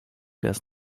des